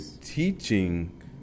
teaching